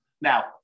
Now